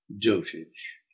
Dotage